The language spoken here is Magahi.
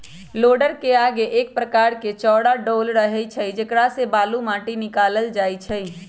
लोडरके आगे एक प्रकार के चौरा डोल रहै छइ जेकरा से बालू, माटि निकालल जाइ छइ